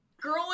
girl